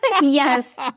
Yes